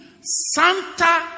Santa